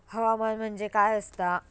हवामान म्हणजे काय असता?